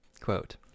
Quote